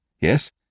yes